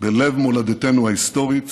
בלב מולדתנו ההיסטורית